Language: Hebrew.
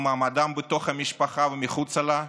במעמדן בתוך המשפחה ומחוצה לה,